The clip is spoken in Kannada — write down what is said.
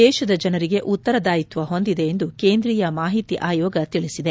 ದೇಶದ ಜನರಿಗೆ ಉತ್ತರದಾಯಿತ್ವ ಹೊಂದಿದೆ ಎಂದು ಕೇಂದ್ರೀಯ ಮಾಹಿತಿ ಆಯೋಗ ತಿಳಿಸಿದೆ